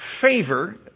favor